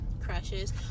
crushes